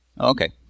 Okay